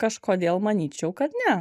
kažkodėl manyčiau kad ne